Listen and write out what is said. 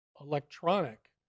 electronic